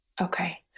Okay